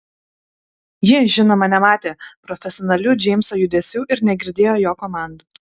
ji žinoma nematė profesionalių džeimso judesių ir negirdėjo jo komandų